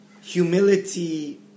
humility